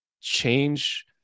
change